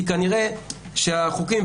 כי כנראה שהחוקים,